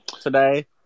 today